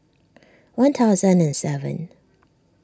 one thousand and seven